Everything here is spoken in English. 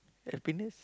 happiness